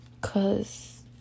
Cause